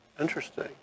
interesting